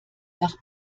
nach